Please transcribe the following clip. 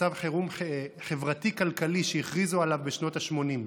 מצב חירום חברתי-כלכלי שהכריזו עליו בשנות ה-80.